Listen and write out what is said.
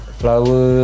flower